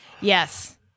Yes